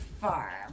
far